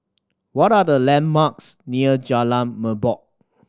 what are the landmarks near Jalan Merbok